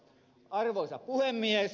arvoisa puhemies